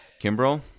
Kimbrel